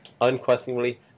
Unquestionably